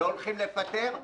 לא הולכים לפטר.